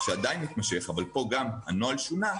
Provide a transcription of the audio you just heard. שעדיין מתמשך אבל פה גם הנוהל שונה,